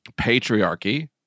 patriarchy